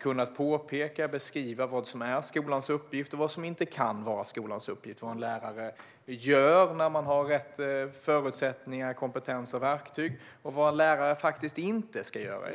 kunnat påpeka och beskriva vad som är skolans uppgift och vad som inte kan vara skolans uppgift, liksom vad en lärare gör, när man har rätt förutsättningar, kompetens och verktyg, och vad en lärare faktiskt inte ska göra.